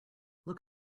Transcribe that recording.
look